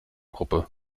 gruppe